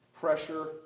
Pressure